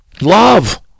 Love